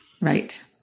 Right